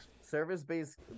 Service-based